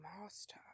Master